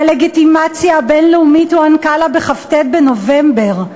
והלגיטימציה הבין-לאומית הוענקה לה בכ"ט בנובמבר.